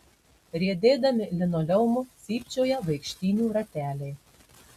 riedėdami linoleumu cypčioja vaikštynių rateliai